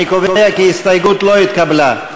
אני קובע כי ההסתייגות לא התקבלה.